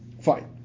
Fine